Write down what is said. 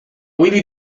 really